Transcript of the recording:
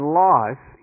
life